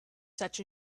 such